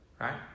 right